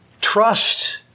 Trust